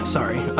Sorry